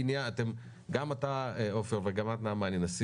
עופר ונעמה,